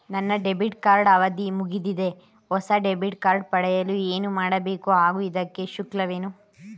ನನ್ನ debit card ಅವಧಿ ಮುಗಿದಿದೆ ಹೊಸ ಡೆಬಿಟ್ ಕಾರ್ಡ್ ಪಡೆಯಲು ಏನು ಮಾಡಬೇಕು ಹಾಗೂ ಇದಕ್ಕೆ ಶುಲ್ಕವೇನು?